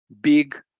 big